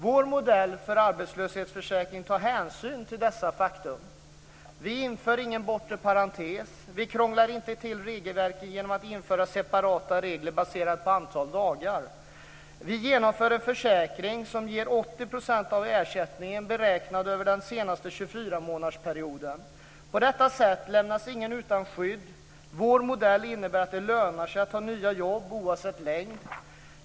Vår modell för arbetslöshetsförsäkring tar hänsyn till dessa faktum. Vi inför ingen bortre parentes. Vi krånglar inte till regelverket genom att införa separata regler baserat på antalet dagar. Vi genomför en försäkring som ger 80 % av ersättningen beräknat över den senaste 24-månadersperioden. På detta sätt lämnas ingen utan skydd. Vår modell innebär att det lönar sig att ta nya jobb oavsett längd.